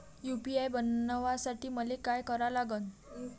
UPI बनवासाठी मले काय करा लागन?